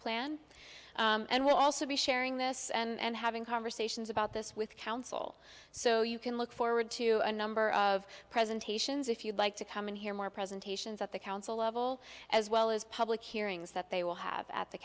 plan and we'll also be sharing this and having conversations about this with council so you can look forward to a number of presentations if you'd like to come in here more presentations at the council level as well as public hearings that they will have at the